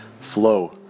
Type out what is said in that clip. flow